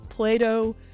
Plato